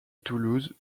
toulouse